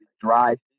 drive